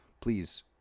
please